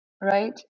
right